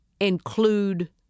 include